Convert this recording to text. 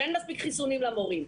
שאין מספיק חיסונים למורים.